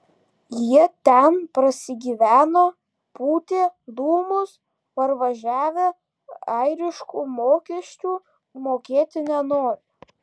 jie ten prasigyveno pūtė dūmus parvažiavę airiškų mokesčių mokėti nenori